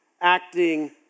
acting